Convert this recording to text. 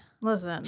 Listen